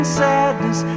sadness